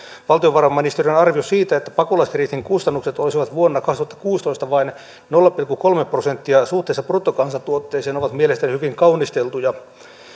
valtiovarainministeriön arviot siitä että pakolaiskriisin kustannukset olisivat vuonna kaksituhattakuusitoista vain nolla pilkku kolme prosenttia suhteessa bruttokansantuotteeseen ovat mielestäni hyvin kaunisteltuja